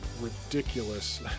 ridiculous